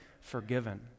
forgiven